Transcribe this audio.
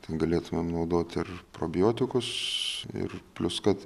tai galėtumėm naudoti ir probiotikus ir plius kad